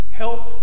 help